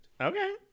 Okay